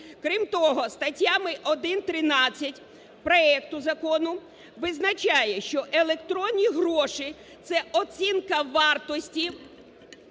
Крім того, статтями 1.13 проекту закону визначає, що електронні гроші – це оцінка вартості.